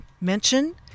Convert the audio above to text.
mention